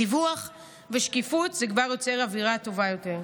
דיווח ושקיפות זה כבר יוצר אווירה טובה יותר.